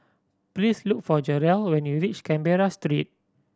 please look for Jarrell when you reach Canberra Street